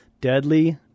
Deadly